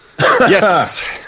Yes